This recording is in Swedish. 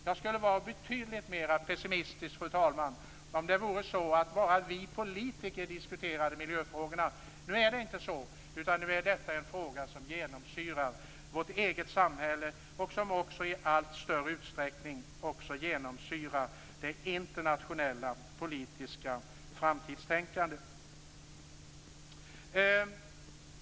Jag skulle vara betydligt mer pessimistisk, fru talman, om det vore så att bara vi politiker diskuterade miljöfrågorna. Men nu är det inte så, utan nu är detta en fråga som genomsyrar vårt eget samhälle och som i allt större utsträckning också genomsyrar det internationella politiska framtidstänkandet.